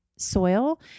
soil